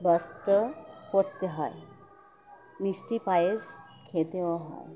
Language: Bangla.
বস্ত্র পরতে হয় মিষ্টি পায়েস খেতেও হয়